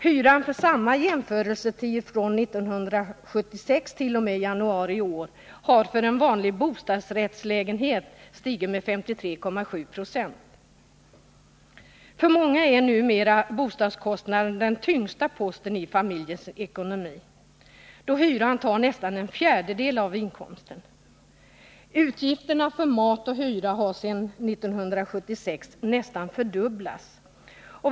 Hyran för samma jämförelsetid från 1976 t.o.m. januari i år har för en vanlig bostadsrättslägenhet stigit med 53,7 20. För många är numera bostadskostnaden den tyngsta posten familjernas ekonomi, då hyran tar nästan en fjärdedel av inkomsten. Utgifterna för mat och hyra har sedan 1976 nästan fördubblats.